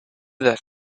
that